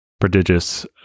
prodigious